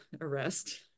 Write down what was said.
arrest